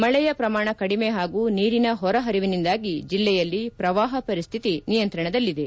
ಮಳೆಯ ಪ್ರಮಾಣ ಕಡಿಮೆ ಹಾಗೂ ನೀರಿನ ಹೊರ ಪರಿವಿನಿಂದಾಗಿ ಜಿಲ್ಲೆಯಲ್ಲಿ ಪ್ರವಾಹ ಪರಿಸ್ತಿತಿ ನಿಯಂತ್ರಣದಲ್ಲಿದೆ